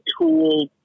tool